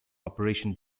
operation